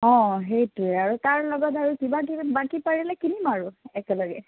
অ সেইটোৱে আৰু তাৰ লগত আৰু কিবা কিবি বাকী পাৰিলে কিনিম আৰু একেলগে